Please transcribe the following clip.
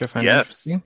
Yes